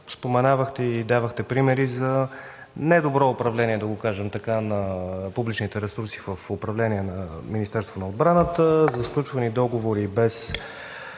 споменавахте и давахте примери за недобро управление, да го кажем така, на публичните ресурси в управление на Министерството на отбраната за сключвани договори без